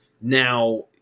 Now